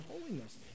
holiness